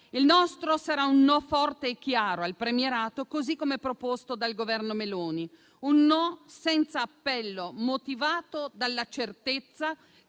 Il nostro sarà un no forte e chiaro al premierato, così come proposto dal Governo Meloni; un no senza appello motivato dalla certezza